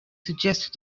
suggested